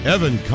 Evan